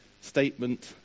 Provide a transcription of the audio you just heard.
statement